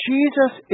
Jesus